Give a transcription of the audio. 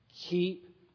Keep